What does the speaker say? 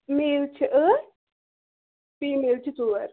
میل چھِ ٲٹھ فیٖمیل چھِ ژور